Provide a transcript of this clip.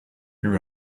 you